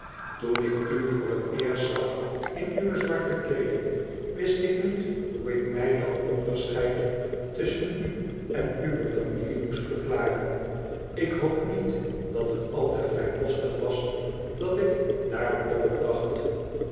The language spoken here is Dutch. itoen ik u voor het eerst zag in uwe zwarte kleeding wist ik niet hoe ik mij dat onderscheid tusschen u en uwe familie moest verklaren ik hoop niet dat het al te vrijpostig was dat ik daarover dacht